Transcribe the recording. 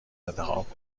انتخاب